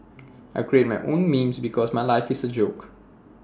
I create my own memes because my life is A joke